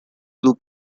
blue